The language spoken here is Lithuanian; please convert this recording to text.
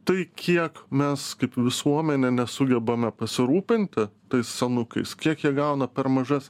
tai kiek mes kaip visuomenė nesugebame pasirūpinti tais senukais kiek jie gauna per mažas